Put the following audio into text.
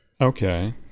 Okay